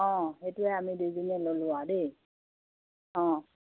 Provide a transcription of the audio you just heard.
অঁ সেইটোৱে আমি দুইজনীয়ে ল'লো আৰু দেই অঁ